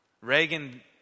Reagan